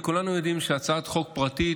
וכולנו יודעים שהצעת חוק פרטית,